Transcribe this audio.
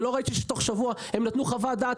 ולא ראיתי שתוך שבוע הם נתנו חוות דעת